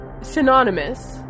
synonymous